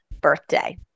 birthday